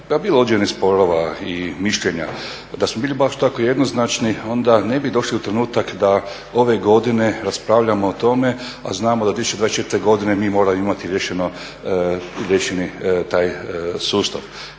pa bilo je određenih sporova i mišljenja. Da smo bili baš tako jednoznačni onda ne bi došli u trenutak da ove godine raspravljamo o tome a znamo da 2024. godine mi moramo imati riješen taj sustav.